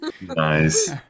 nice